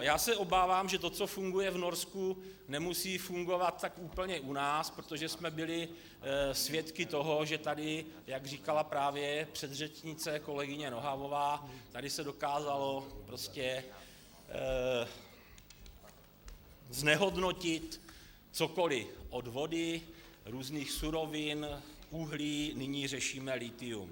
Já se obávám, že to, co funguje v Norsku, nemusí fungovat tak úplně u nás, protože jsme byli svědky toho, že tady, jak říkala právě předřečnice kolegyně Nohavová, se dokázalo prostě znehodnotit cokoliv od vody, různých surovin, uhlí, nyní řešíme lithium.